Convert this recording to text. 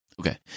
Okay